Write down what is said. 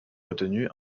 retenus